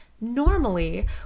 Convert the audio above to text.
normally